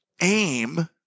aim